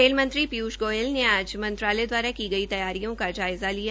rail मंत्री पीयूष गोयल ने आज मंत्रालय द्वारा की गई तैयारियों का जायज़ा लिया